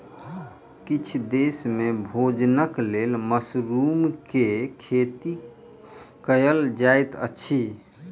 किछ देस में भोजनक लेल मशरुम के खेती कयल जाइत अछि